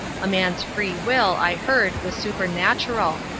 a man's free will, i heard, was supernatural.